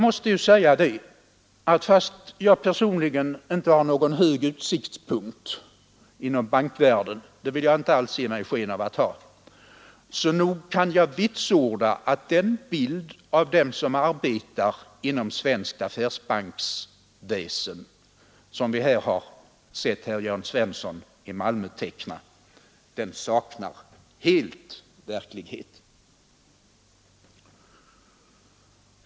Fastän jag personligen inte har någon hög utsiktspunkt inom bankvärlden — det vill jag inte alls ge mig sken av att ha — kan jag vitsorda att den bild som herr Svensson i Malmö tecknat av dem som arbetar inom svenskt affärsbanksväsen helt saknar verklighetsunderlag.